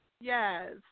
Yes